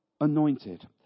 anointed